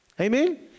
Amen